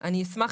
אני אשמח,